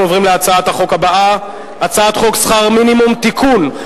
אנחנו עוברים להצעת החוק הבאה: הצעת חוק שכר מינימום (תיקון,